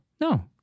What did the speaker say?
No